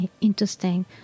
Interesting